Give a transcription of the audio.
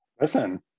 listen